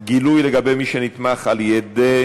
גילוי לגבי מי שנתמך על-ידי